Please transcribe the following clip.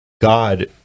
God